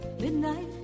Midnight